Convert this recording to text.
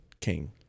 King